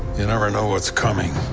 you never know what's coming.